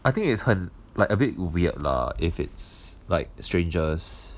I think it's 很 like a bit weird lah if it's like strangers